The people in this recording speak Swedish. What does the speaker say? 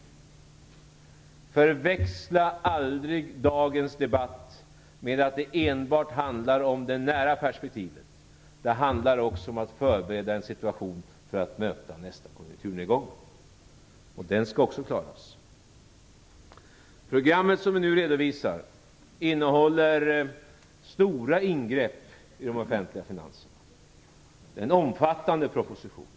Förväxla aldrig dagens debatt med att det enbart handlar om det nära perspektivet. Det handlar också om att förbereda den situation där vi har att möta nästa konjunkturnedgång. Den skall också klaras. Det program som vi nu redovisar innehåller stora ingrepp i de offentliga finanserna. Det är en omfattande proposition.